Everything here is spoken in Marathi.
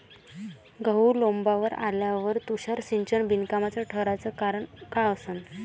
गहू लोम्बावर आल्यावर तुषार सिंचन बिनकामाचं ठराचं कारन का असन?